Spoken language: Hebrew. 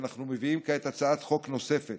אנחנו מביאים כעת הצעת חוק נוספת